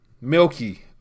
Milky